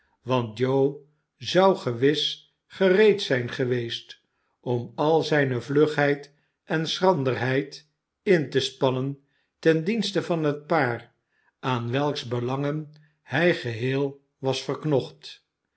was toe zou gewis gereed zijn geweest om al zijne vlugheid en schranderheid in te ptm dienste van het paar aan welks belangen hi geheel was verknocht